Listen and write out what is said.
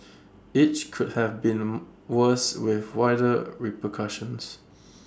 each could have been worse with wider repercussions